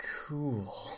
cool